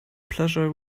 pleasure